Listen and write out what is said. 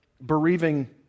bereaving